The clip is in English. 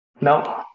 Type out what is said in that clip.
no